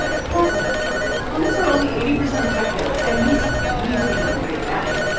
plus condoms are only eighty percent effective and he's way too young to be a daddy.